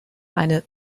eine